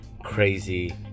crazy